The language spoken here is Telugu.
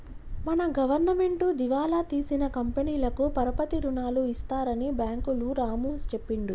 మన గవర్నమెంటు దివాలా తీసిన కంపెనీలకు పరపతి రుణాలు ఇస్తారని బ్యాంకులు రాము చెప్పిండు